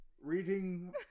reading